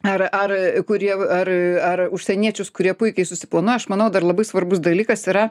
ar ar kurie ar ar užsieniečius kurie puikiai susiplanuoja aš manau dar labai svarbus dalykas yra